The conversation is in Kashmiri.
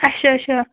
اَچھا اَچھا